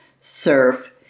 surf